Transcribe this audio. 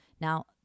Now